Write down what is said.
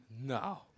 No